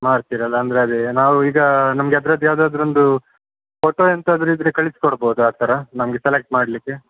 ಮಾಡ್ತೀರಲ್ಲ ಅಂದರೆ ಅದೇ ನಾವು ಈಗ ನಮಗೆ ಅದ್ರದ್ದು ಯಾವುದಾದ್ರೊಂದು ಫೋಟೋ ಎಂತಾದ್ರೂ ಇದ್ದರೆ ಕಳಿಸ್ಕೊಡ್ಬಹುದಾ ಆ ಥರ ನಮಗೆ ಸೆಲೆಕ್ಟ್ ಮಾಡಲಿಕ್ಕೆ